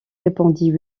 répondit